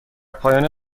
پایان